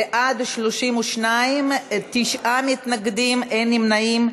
בעד, 32, תשעה מתנגדים, אין נמנעים.